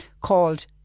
called